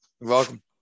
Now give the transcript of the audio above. Welcome